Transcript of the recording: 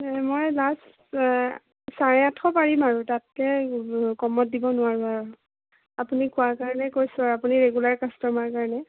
নাই মই লাষ্ট চাৰে আঠশ পাৰিম আৰু তাতকৈ কমত দিব নোৱাৰো আৰু আপুনি কোৱা কাৰণে কৈছোঁ আৰু আপুনি ৰেগুলাৰ কাষ্টমাৰ কাৰণে